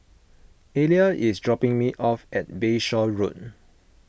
Aleah is dropping me off at Bayshore Road